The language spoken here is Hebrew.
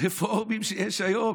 רפורמים שיש היום,